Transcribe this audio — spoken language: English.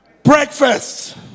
Breakfast